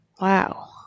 Wow